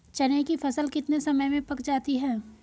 चने की फसल कितने समय में पक जाती है?